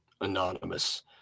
anonymous